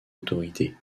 autorité